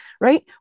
right